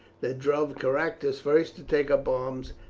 that drove caractacus first to take up arms,